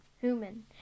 Human